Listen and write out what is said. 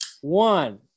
one